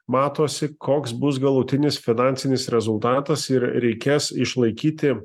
matosi koks bus galutinis finansinis rezultatas ir reikės išlaikyti